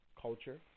culture